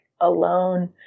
alone